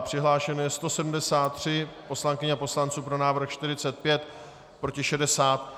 Přihlášeno je 173 poslankyň a poslanců, pro návrh 45, proti 60.